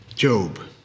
Job